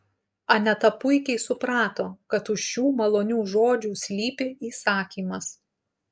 aneta puikiai suprato kad už šių malonių žodžių slypi įsakymas